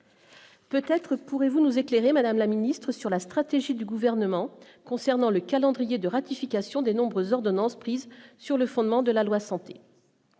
Peut-être pouvez-vous nous éclairer, Madame la Ministre, sur la stratégie du gouvernement concernant le calendrier de ratification des nombreuses ordonnances prises sur le fondement de la loi santé